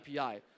API